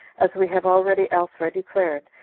as we have already elsewhere declared,